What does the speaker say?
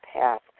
path